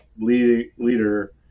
leader